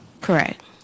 Correct